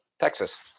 Texas